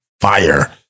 fire